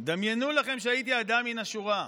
דמיינו לכם שהייתי אדם מן השורה,